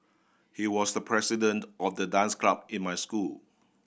he was the president of the dance club in my school